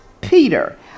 Peter